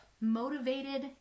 motivated